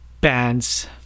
bands